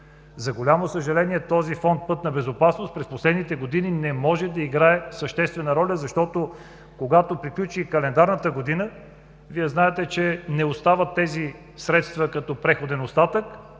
За голямо съжаление, този Фонд „Пътна безопасност“ през последните години не може да играе съществена роля, защото, когато приключи календарната година, Вие знаете, че тези средства не остават като преходен остатък,